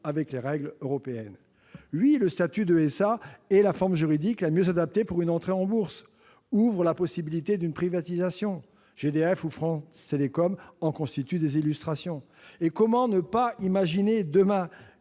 avec les règles européennes. Oui, le statut de SA est la forme juridique la mieux adaptée pour une entrée en bourse. Il ouvre la possibilité d'une privatisation. GDF ou France Télécom en sont des illustrations. Comment ne pas imaginer demain